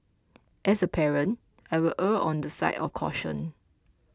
as a parent I will err on the side of caution